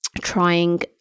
trying